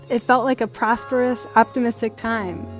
it felt like a prosperous, optimistic time.